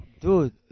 Dude